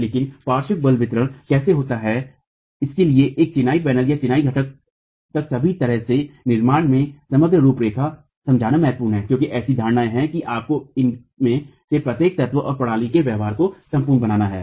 लेकिन पार्श्व बल वितरण कैसे होता है इसके लिए एक चिनाई पैनल या चिनाई घटक तक सभी तरह के निर्माण में समग्र रूपरेखा समझना महत्वपूर्ण है क्योंकि ऐसी धारणाएं हैं कि आपको इनमें से प्रत्येक तत्व और प्रणाली के व्यवहार को संपूर्ण बनाना है